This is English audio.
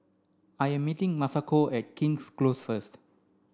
I am meeting Masako at King's Close first